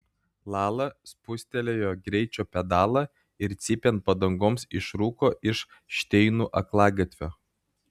lala spustelėjo greičio pedalą ir cypiant padangoms išrūko iš šteinų aklagatvio